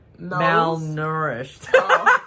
Malnourished